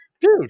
Dude